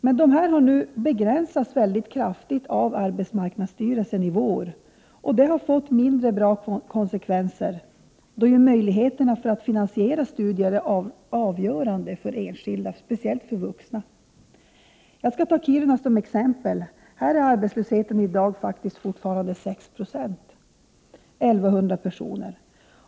Dessa har emellertid i år begränsats mycket kraftigt av arbetsmarknadsstyrelsen, och det har fått mindre bra konsekvenser, då ju möjligheten att finansiera studier är avgörande för den enskilde, särskilt för vuxna. I Kiruna är exempelvis arbetslösheten i dag fortfarande 6 96, 1100 personer.